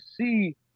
see